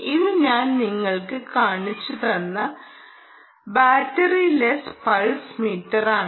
ഇത് ഞാൻ നിങ്ങൾക്ക് കാണിച്ചു തന്ന ബാറ്ററിലെസ് പൾസ് മീറ്ററാണ്